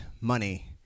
money